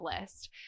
list